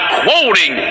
quoting